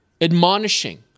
admonishing